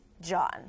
John